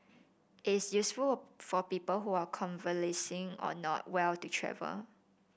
it is useful for people who are convalescing or not well to travel